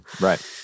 Right